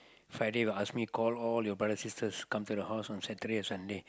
Friday will ask me call all your brothers sisters come to the house on Saturday or Sunday